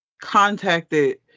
contacted